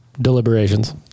Deliberations